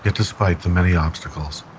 despite the many obstacles,